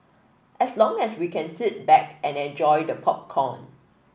as long as we can sit back and enjoy the popcorn